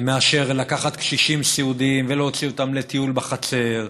מאשר לקחת קשישים סיעודיים ולהוציא אותם לטיול בחצר,